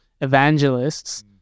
evangelists